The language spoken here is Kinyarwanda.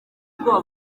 ubwoba